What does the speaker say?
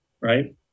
right